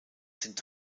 sind